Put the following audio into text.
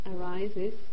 Arises